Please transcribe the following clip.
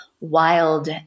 wild